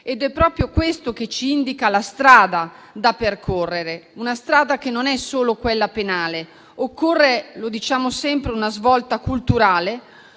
È proprio questo che ci indica la strada da percorrere, che non è solo quella penale. Occorre - lo diciamo sempre - una svolta culturale;